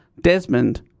Desmond